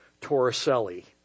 Torricelli